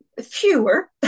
fewer